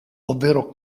ovvero